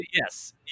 yes